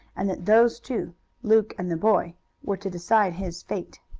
and that those two luke and the boy were to decide his fate.